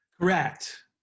Correct